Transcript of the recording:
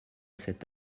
cet